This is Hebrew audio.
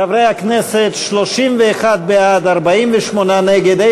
חברי הכנסת, 31 בעד, 48 נגד,